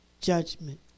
Judgment